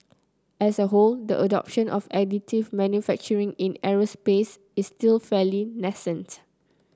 as a whole the adoption of additive manufacturing in aerospace is still fairly nascent